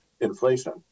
inflation